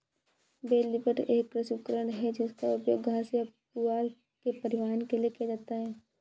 bell lifter एक कृषि उपकरण है जिसका उपयोग घास या पुआल के परिवहन के लिए किया जाता है